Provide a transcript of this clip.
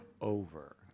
over